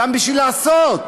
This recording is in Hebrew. גם בשביל לעשות.